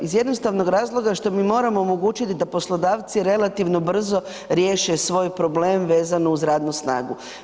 Iz jednostavnog razloga što mi moramo omogućiti da poslodavci relativno brzo riješe svoj problem vezan uz radnu snagu.